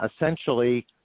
Essentially